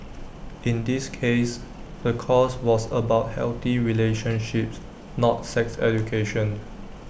in this case the course was about healthy relationships not sex education